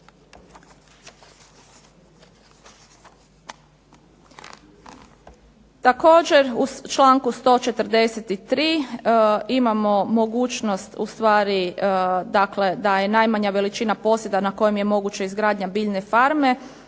Također u članku 143. imamo mogućnost ustvari dakle, da je najmanja veličina posjeda na kojem je moguće izgradnja biljne farme